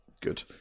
good